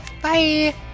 Bye